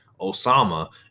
Osama